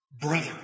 brother